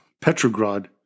Petrograd